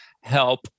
help